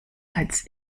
als